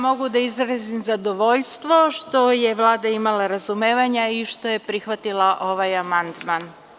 Mogu da izrazim zadovoljstvo što je Vlada imala razumevanja i što je prihvatila ovaj amandman.